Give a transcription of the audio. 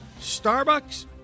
Starbucks